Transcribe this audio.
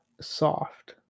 soft